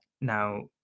Now